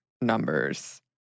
numbers